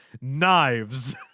knives